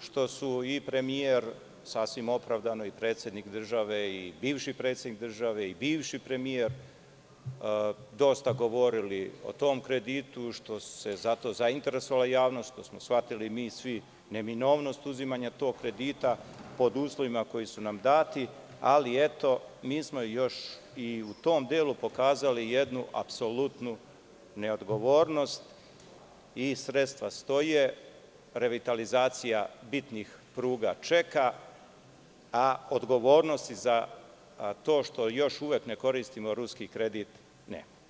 što su i premijer, sasvim opravdano, i predsednik države i bivši predsednik države i bivši premijer dosta govorili o tom kreditu, što se za to zainteresovala javnost, što smo shvatili svi mi neminovnost uzimanja tog kredita, pod uslovima koji su nam dati, ali eto, mi smo još u tom delu pokazali jednu apsolutnu neodgovornosti i sredstva stoje, revitalizacija bitnih pruga čeka, a odgovornosti za to što još uvek ne koristimo ruski kredit nema.